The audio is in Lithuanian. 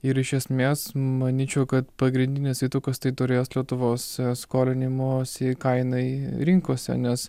ir iš esmės manyčiau kad pagrindinės įtakos tai turės lietuvos skolinimosi kainai rinkose nes